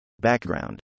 Background